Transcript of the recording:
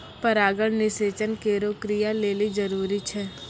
परागण निषेचन केरो क्रिया लेलि जरूरी छै